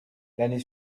l’année